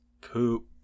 Poop